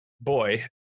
boy